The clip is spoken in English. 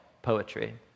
poetry